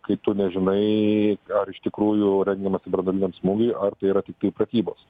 kai tu nežinai ar iš tikrųjų rengiamasi branduoliniam smūgiui ar tai yra tiktai pratybos